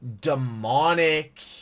demonic